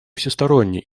всесторонней